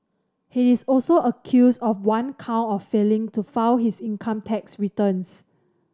he is also accused of one count of failing to file his income tax returns